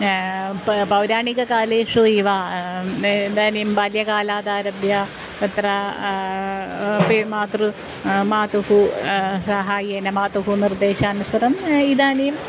पौराणिककालेषु इव इदानीं बाल्यकालादारभ्य तत्र अपि मातृ मातुः सहाय्येन मातुः निर्देशानुसारं इदानीं